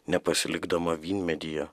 nepasilikdama vynmedyje